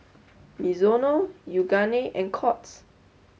Mizuno Yoogane and Courts